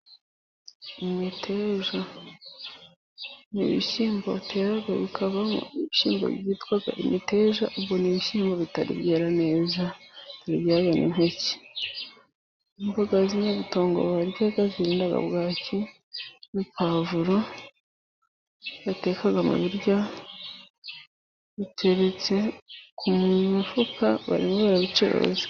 Imiteja, ni ibishyimbo batera bikavamo ibishyimbo byitwa imiteja, ubu ni ibishyimbo bitari byera neza, bitari byazana impeke. Imboga z'inyabutongo zivura bwaki, na puwavuro bateka mu biryo biteretse ku mufuka barimo barabicuruza.